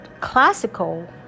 classical